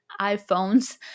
iphones